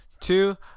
two